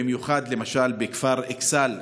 במיוחד בכפר אכסאל.